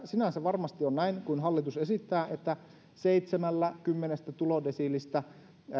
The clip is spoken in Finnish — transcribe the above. sinänsä varmasti on näin kuin hallitus esittää että seitsemällä kymmenestä tulodesiilistä